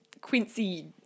Quincy